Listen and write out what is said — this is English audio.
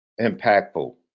Impactful